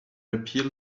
appeal